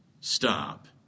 Stop